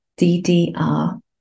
DDR